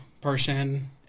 person